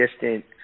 distant